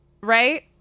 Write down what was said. Right